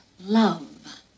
love